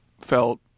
felt